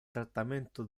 trattamento